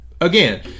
Again